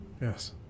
Yes